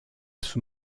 sous